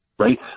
Right